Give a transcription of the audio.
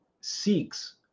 seeks